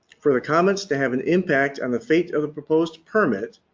for the comments to have an impact on the fate of the proposed permit,